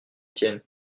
tiennes